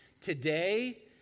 Today